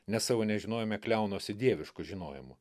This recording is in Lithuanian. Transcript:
nes savo nežinojome kliaunuosi dievišku žinojimu